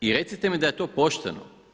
I recite mi da je to pošteno.